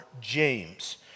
James